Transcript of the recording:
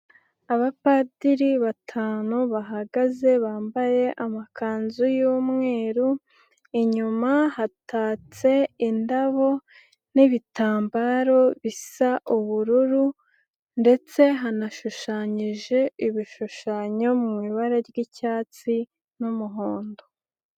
Abapadiri batanu bahagaze bambaye amakanzu y'umweru, inyuma hatatse indabo n'ibitambaro bisa ubururu ndetse hanashushanyije ibishushanyo mu ibara ry'icyatsi n'umuhondo.